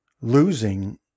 losing